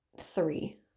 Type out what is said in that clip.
three